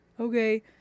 okay